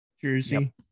jersey